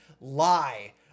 lie